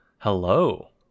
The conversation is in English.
hello